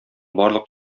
барлык